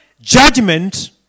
judgment